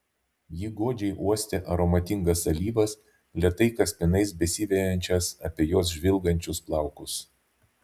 ji godžiai uostė aromatingas alyvas lėtai kaspinais besivejančias apie jos žvilgančius plaukus